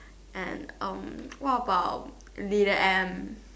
and um what about leader M